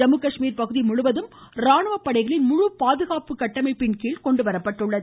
ஜம்மு காஷ்மீர் பகுதி முழுவதும் ராணுவ படைகளின் முழு பாதுகாப்பு கட்டமைப்பின்கீழ் கொண்டு வரப்பட்டுள்ளது